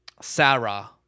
Sarah